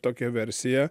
tokią versiją